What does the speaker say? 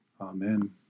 Amen